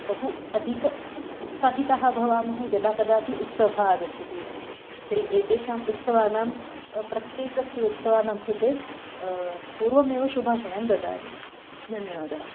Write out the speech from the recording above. बहु अधिकम् उत्साहिताः भवामः यदा कदापि उत्सवः आगच्छति इति तर्हि एतेषाम् उत्सवानां प्रत्येकस्य उत्सवानां कृते पूर्वमेव शुभाशयान् ददामि धन्यवादाः